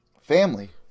family